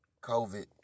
COVID